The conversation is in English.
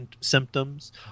symptoms